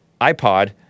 iPod